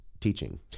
teaching